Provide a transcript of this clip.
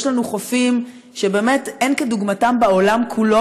יש לנו חופים שבאמת אין כדוגמתם בעולם כולו,